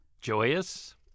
Joyous